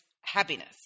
happiness